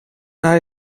hij